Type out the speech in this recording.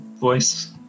voice